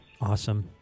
Awesome